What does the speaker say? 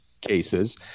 cases